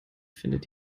findet